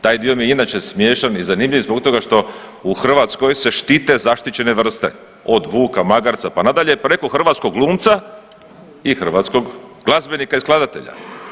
Taj dio mi je inače smiješan i zanimljiv zbog toga što u hrvatskoj se štite zaštićene vrste od vuka, magarca pa nadalje preko hrvatskog glumca i hrvatskog glazbenika i skladatelja.